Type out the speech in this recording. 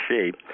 shape